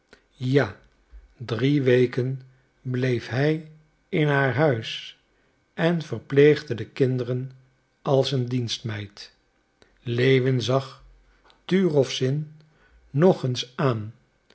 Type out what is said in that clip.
ja drie weken bleef hij in haar huis en verpleegde de kinderen als een dienstmeid lewin zag turowzin nog eens aan